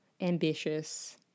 ambitious